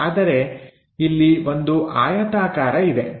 ಆದರೆ ಇಲ್ಲಿ ಒಂದು ಆಯತಾಕಾರ ಇದೆ